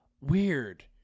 weird